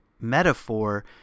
metaphor